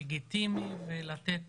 לגיטימי ולתת